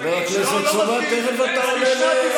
חבר הכנסת סובה, תכף אתה עולה לדבר.